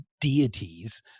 deities